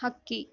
ಹಕ್ಕಿ